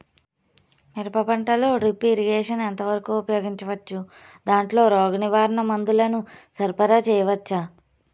మిరప పంటలో drip irrigation ఎంత వరకు ఉపయోగించవచ్చు, దాంట్లో రోగ నివారణ మందుల ను సరఫరా చేయవచ్చా?